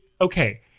okay